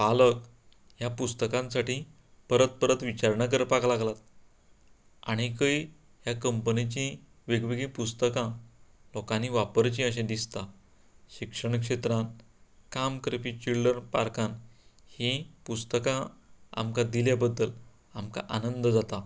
पालक ह्या पुस्तकांक साठी परत परत विचारणां करपाक लागला आनीकय ह्या कंपनीची वेगवेगळी पुस्तकां लोकांनी वापरची अशें दिसता शिक्षणीक शेत्रांत काम करपी चिलड्र्र्रन पार्कांत ही पुस्तकां आमकां दिलें बद्दल आमकां आनंद जाता